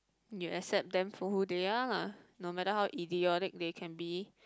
you accept them for who they are lah no matter how idiotic they can be